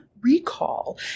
recall